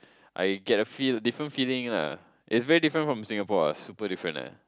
I get a feel different feeling lah is very different from Singapore super different ah